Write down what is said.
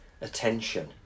attention